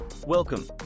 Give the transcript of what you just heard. Welcome